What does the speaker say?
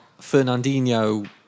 Fernandinho